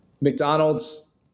mcdonald's